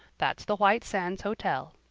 that's the white sands hotel.